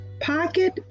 Pocket